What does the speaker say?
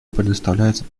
предоставляется